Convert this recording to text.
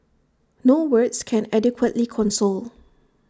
no words can adequately console